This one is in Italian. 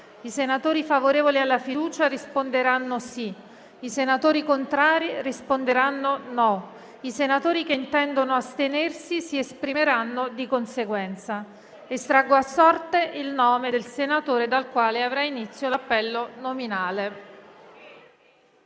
I senatori favorevoli alla fiducia risponderanno sì; i senatori contrari risponderanno no; i senatori che intendono astenersi si esprimeranno di conseguenza. Estraggo ora a sorte il nome del senatore dal quale avrà inizio l'appello nominale.